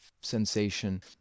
sensation